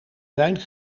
zijn